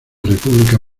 república